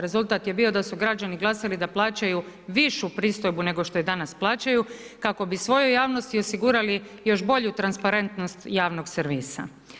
Rezultat je bio da su građani glasali da plaćaju višu pristojbu, nego što je danas plaćaju, kako bi svojoj javnosti osigurali još bolju transparentnost javnog servisa.